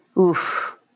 Oof